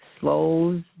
slows